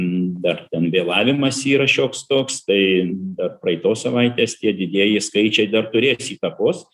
dar ten vėlavimas yra šioks toks tai dar praeitos savaitės tie didieji skaičiai dar turės įtakos